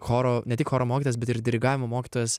choro ne tik choro mokytojas bet ir dirigavimo mokytojas